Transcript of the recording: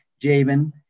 Javen